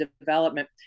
development